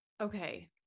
Okay